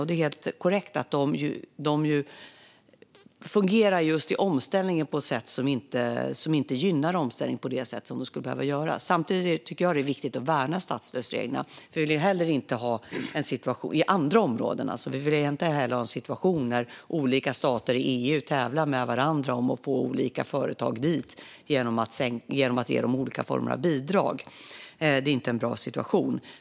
Det är helt korrekt att de fungerar på ett sätt som inte gynnar omställning som de skulle behöva göra. Samtidigt tycker jag att det är viktigt att värna statsstödsreglerna. Vi vill ju inte ha en situation - på andra områden - där olika stater i EU tävlar med varandra om att få dit olika företag genom att ge dem olika former av bidrag. Det är inte en bra situation.